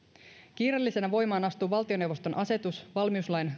kiireellisenä voimaan astuu valtioneuvoston asetus valmiuslain